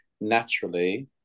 naturally